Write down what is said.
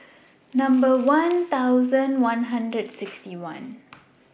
Number one thousand one hundred sixty one